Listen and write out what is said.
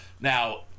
Now